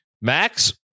Max